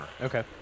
Okay